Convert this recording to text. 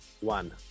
One